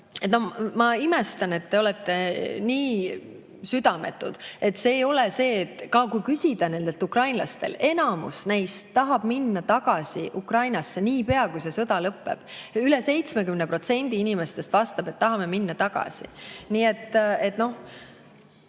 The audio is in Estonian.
Ma imestan, et te olete nii südametud. Ja kui küsida nendelt ukrainlastelt, siis enamus neist tahab minna tagasi Ukrainasse, niipea kui see sõda lõpeb. Üle 70% inimestest vastab, et tahame minna tagasi. See on